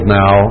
now